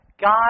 God